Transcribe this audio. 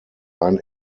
ein